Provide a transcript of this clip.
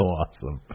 awesome